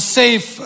safe